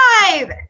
five